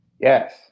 yes